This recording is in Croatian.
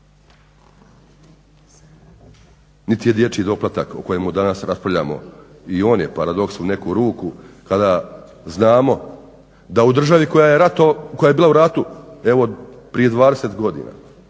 niti je dječji doplatak o kojemu danas raspravljamo. I on je paradoks u neku ruku kada znamo da u državu koja je bila u ratu prije 20 godina